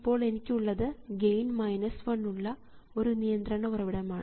ഇപ്പോൾ എനിക്കുള്ളത് ഗെയിൻ 1 ഉള്ള ഒരു നിയന്ത്രണ ഉറവിടമാണ്